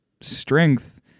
strength